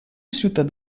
ciutat